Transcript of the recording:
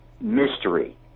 mystery